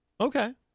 Okay